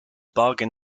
bargain